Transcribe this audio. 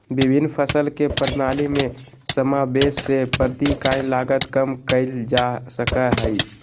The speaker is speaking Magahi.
विभिन्न फसल के प्रणाली में समावेष से प्रति इकाई लागत कम कइल जा सकय हइ